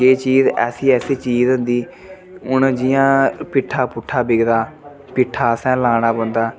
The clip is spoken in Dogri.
केईं चीज़ ऐसी ऐसी चीज़ होंदी हून जियां पिट्ठा पुट्ठा बिकदा पिट्ठा असें लाना पौंदा